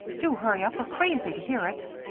do hurry up, we're crazy to hear it.